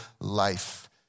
life